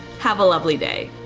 have a lovely day.